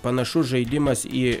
panašus žaidimas į